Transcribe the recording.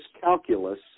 calculus